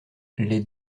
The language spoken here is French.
les